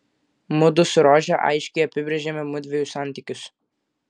mudu su rože aiškiai apibrėžėme mudviejų santykius